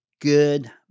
good